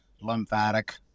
lymphatic